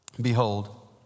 Behold